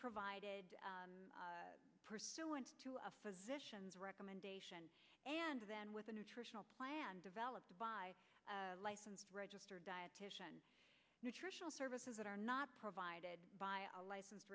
provided pursuant to a physician's recommendation and then with a nutritional plan developed by a licensed registered dietitian nutritional services that are not provided by our license